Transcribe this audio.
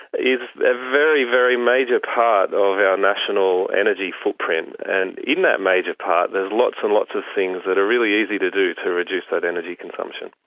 is a very, very major part of our national energy footprint. and in that major part there's lots and lots of things that are really easy to do to reduce that energy consumption.